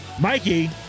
Mikey